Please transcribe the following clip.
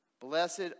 Blessed